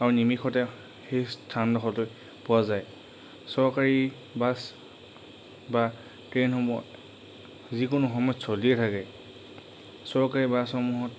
আৰু নিমিষতে সেই স্থানডখৰলৈ পোৱা যায় চৰকাৰী বাছ বা ট্ৰেইনসমূহ যিকোনো সময়ত চলিয়ে থাকে চৰকাৰী বাছসমূহত